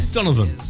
Donovan